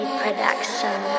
production